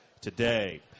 today